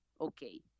okay